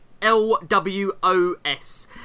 LWOS